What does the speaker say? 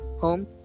Home